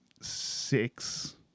six